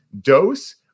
dose